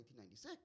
1996